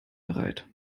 bereit